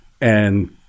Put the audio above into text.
And-